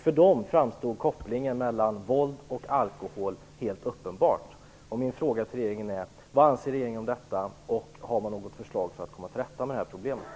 För dem framstår kopplingen mellan våld och alkohol som helt uppenbar.